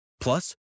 Plus